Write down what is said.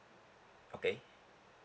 okay